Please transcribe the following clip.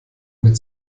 mit